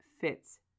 fits